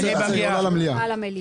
זה עובר למליאה.